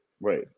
right